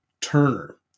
Turner